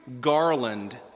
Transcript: garland